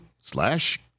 slash